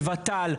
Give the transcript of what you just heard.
ב-ות"ל,